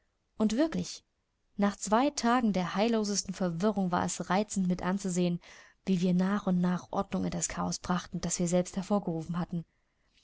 und wirklich nach zwei tagen der heillosesten verwirrung war es reizend mit anzusehen wie wir nach und nach ordnung in das chaos brachten das wir selbst hervorgerufen hatten